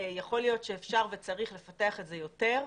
יכול להיות שאפשר וצריך לפתח את זה יותר,